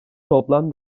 toplam